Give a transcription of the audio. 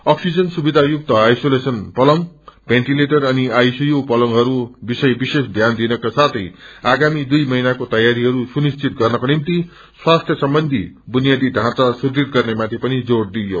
oxygen सुविधायुक्त isolation पलंग ventilator अनि आईसीयू पलंगहरू विषय श्रिष ध्यान दिनका साँग आगामी दुइ महिनाको तयारीहरू सुनिश्तिच गर्नको निम्त स्वास्थ्य सम्बन्धी बुनियादी ढ़ौँचा सुदुइ गर्नेमाणि पनि जोड़ दिइयो